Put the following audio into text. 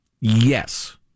Yes